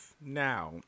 now